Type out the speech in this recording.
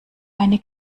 eine